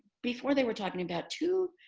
before they were talking about two,